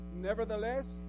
nevertheless